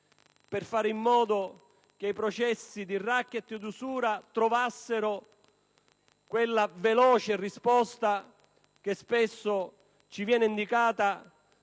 per fare in modo che i processi di racket e di usura trovino quella risposta veloce che spesso ci viene indicata